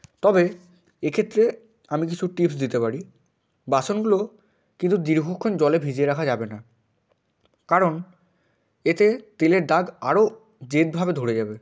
তবে এক্ষেত্রে আমি কিছু টিপস দিতে পারি বাসনগুলো কিন্তু দীর্ঘক্ষণ জলে ভিজিয়ে রাখা যাবে না কারণ এতে তেলের দাগ আরো জেদভাবে ধরে যাবে